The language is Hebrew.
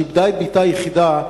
שאיבדה את בתה היחידה,